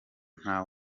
nta